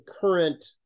current